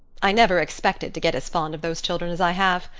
i never expected to get as fond of those children as i have.